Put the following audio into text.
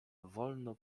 wolno